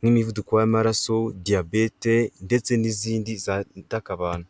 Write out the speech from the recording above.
n'imivuduko y'amaraso diyabete ndetse n'izindi zatakaka abantu.